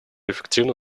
эффективно